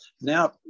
Now